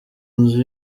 nzu